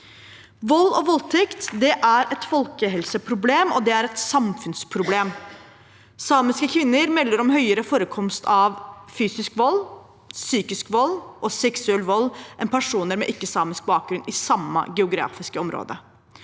Vold og voldtekt er et folkehelseproblem, og det er et samfunnsproblem. Samiske kvinner melder om høyere forekomst av fysisk vold, psykisk vold og seksuell vold enn personer med ikke-samisk bakgrunn i samme geografiske område.